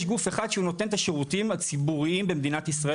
יש גוף אחד שנותן את השירותים הציבוריים במדינת ישראל